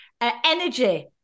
energy